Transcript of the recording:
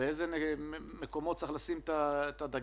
באיזה מקומות צריך לשים את הדגש